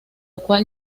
cual